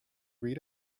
read